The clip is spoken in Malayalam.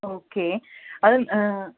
ഓക്കെ അത്